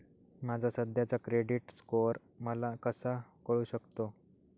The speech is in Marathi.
माझा सध्याचा क्रेडिट स्कोअर मला कसा कळू शकतो?